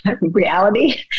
reality